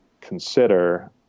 consider